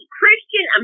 Christian